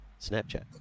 Snapchat